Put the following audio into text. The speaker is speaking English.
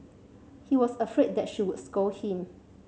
he was afraid that she would scold him